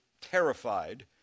terrified